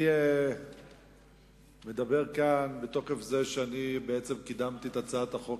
אני מדבר כאן בתוקף זה שאני בעצם קידמתי את הצעת החוק